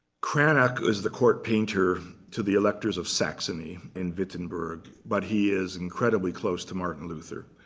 cranach is the court painter to the electors of saxony in wittenberg. but he is incredibly close to martin luther.